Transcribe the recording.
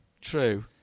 true